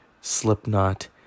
Slipknot